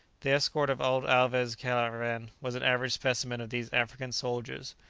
the escort of old alvez' caravan was an average specimen of these african soldiers.